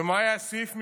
ומה היה סעיף מס'